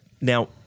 Now